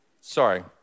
Sorry